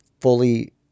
fully